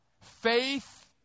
faith